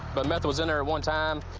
but meth was in there at one time.